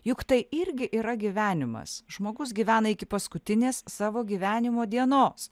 juk tai irgi yra gyvenimas žmogus gyvena iki paskutinės savo gyvenimo dienos